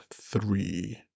three